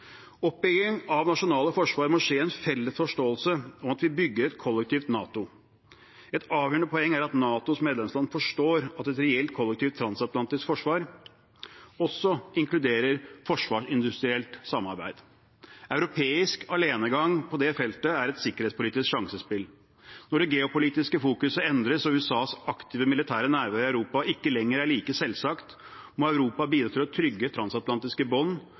av nasjonale forsvar må skje i en felles forståelse om at vi bygger et kollektivt NATO. Et avgjørende poeng er at NATOs medlemsland forstår at et reelt kollektivt transatlantisk forsvar også inkluderer forsvarsindustrielt samarbeid. Europeisk alenegang på det feltet er et sikkerhetspolitisk sjansespill. Når det geopolitiske fokuset endres og USAs aktive militære nærvær i Europa ikke lenger er like selvsagt, må Europa bidra til å trygge transatlantiske bånd